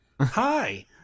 hi